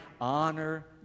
honor